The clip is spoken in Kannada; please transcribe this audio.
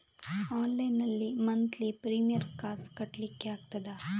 ಆನ್ಲೈನ್ ನಲ್ಲಿ ಮಂತ್ಲಿ ಪ್ರೀಮಿಯರ್ ಕಾಸ್ ಕಟ್ಲಿಕ್ಕೆ ಆಗ್ತದಾ?